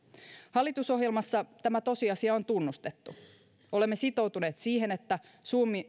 hallitusohjelmassa tämä tosiasia on tunnustettu olemme sitoutuneet siihen että suomi